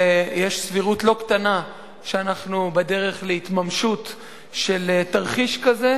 ויש סבירות לא קטנה שאנחנו בדרך להתממשות של תרחיש כזה.